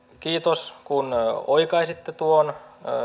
kiitos kun oikaisitte tuon